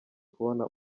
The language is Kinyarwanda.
kubona